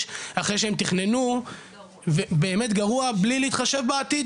אחרי שהן תוכננו באמת גרוע מבלי להתחשב בעתיד,